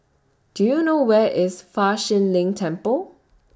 Do YOU know Where IS Fa Shi Lin Temple